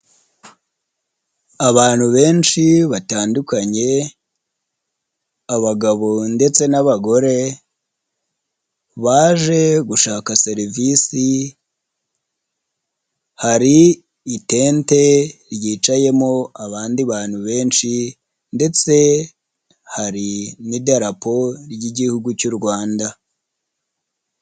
Abantu benshi batandukanye abagabo ndetse n'abagore baje gushaka serivisi, hari itete ryicayemo abandi bantu benshi ndetse hari n'idarapo ry'Igihugu cy'u Rwanda.